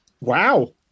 Wow